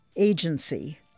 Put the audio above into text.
agency